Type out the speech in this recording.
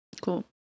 Cool